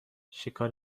شکار